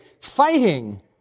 fighting